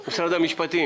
של משרד המשפטים?